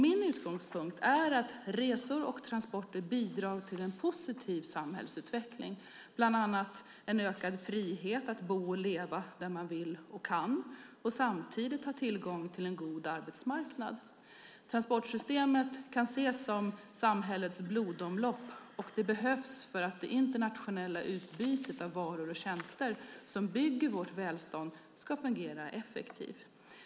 Min utgångspunkt är att resor och transporter bidrar till en positiv samhällsutveckling, bland annat en ökad frihet att bo och leva där man vill och samtidigt ha tillgång till en god arbetsmarknad. Transportsystemet kan ses som samhällets blodomlopp, och det behövs för att det internationella utbytet av varor och tjänster som byggt vårt välstånd ska fungera effektivt.